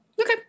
okay